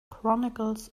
chronicles